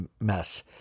mess